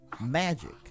magic